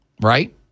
Right